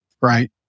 right